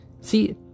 See